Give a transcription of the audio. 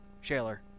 Shaler